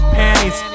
panties